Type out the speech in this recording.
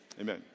Amen